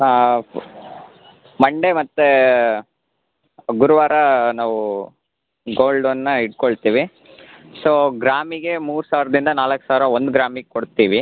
ಹಾಂ ಮಂಡೆ ಮತ್ತು ಗುರುವಾರ ನಾವು ಗೋಲ್ಡ್ ಲೋನನ್ನ ಇಟ್ಕೊಳ್ತೀವಿ ಸೊ ಗ್ರಾಮಿಗೆ ಮೂರು ಸಾವಿರದಿಂದ ನಾಲ್ಕು ಸಾವಿರ ಒಂದು ಗ್ರಾಮಿಗೆ ಕೊಡ್ತೀವಿ